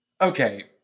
okay